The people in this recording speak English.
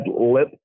Lip